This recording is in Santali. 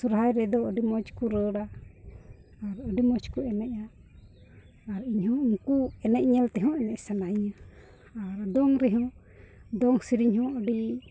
ᱥᱚᱦᱨᱟᱭ ᱨᱮᱫᱚ ᱟᱹᱰᱤ ᱢᱚᱡᱽ ᱠᱚ ᱨᱚᱲᱟ ᱟᱨ ᱟᱹᱰᱤ ᱢᱚᱡᱽ ᱠᱚ ᱮᱱᱮᱡᱼᱟ ᱟᱨ ᱤᱧᱦᱚᱸ ᱩᱱᱠᱩ ᱮᱱᱮᱡ ᱧᱮᱞ ᱛᱮᱦᱚᱸ ᱮᱱᱮᱡ ᱥᱟᱱᱟᱧᱟ ᱟᱨ ᱫᱚᱝ ᱨᱮᱦᱚᱸ ᱫᱚᱝ ᱥᱮᱨᱮᱧ ᱦᱚᱸ ᱟᱹᱰᱤ